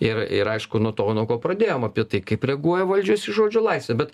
ir ir aišku nuo to nuo ko pradėjom apie tai kaip reaguoja valdžius į žodžio laisvę bet